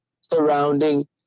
surrounding